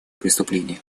преступления